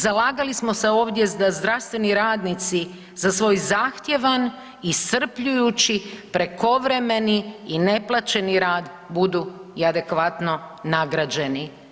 Zalagali smo se ovdje da zdravstveni radnici za svoj zahtjevan, iscrpljujući, prekovremeni i neplaćeni rad budu i adekvatno nagrađeni.